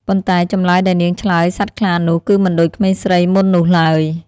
ប៉ុន្តែ ចម្លើយដែលនាងឆ្លើយសត្វខ្លានោះគឺមិនដូចក្មេងស្រីមុននោះឡើយ។